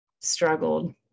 struggled